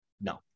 No